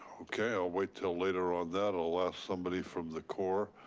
okay, i'll wait till later on that. i'll ask somebody from the core,